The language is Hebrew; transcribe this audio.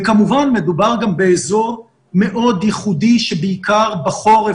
וכמובן שמדובר גם באזור מאוד ייחודי שבעיקר בחורף